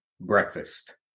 breakfast